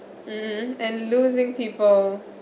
mmhmm and losing people